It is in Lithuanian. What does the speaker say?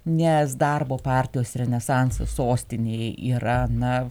nes darbo partijos renesansą sostinėje yra na